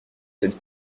cette